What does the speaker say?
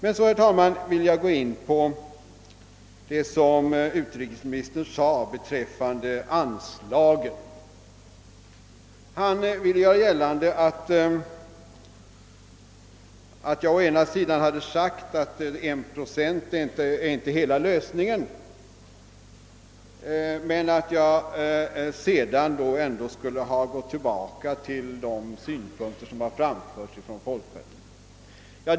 Så några ord med anledning av vad utrikesministern sade om anslagen. Han ville göra gällande att jag å ena sidan framhållit att anslag motsvarande 1 procent av bruttonationalinkomsten inte är hela lösningen men att jag å andra sidan skulle ha gått tillbaka till de ståndpunkter som hävdats från folkpartihåll.